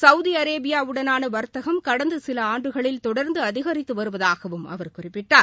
Saudi அரேபியாவுடனான வர்த்தகம் கடந்த சில ஆண்டுகளில் தொடர்ந்து அதிகரித்து வருவதாகவும் அவர் குறிப்பிட்டார்